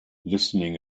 listening